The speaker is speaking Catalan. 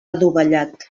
adovellat